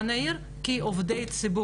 עד גבול מסוים,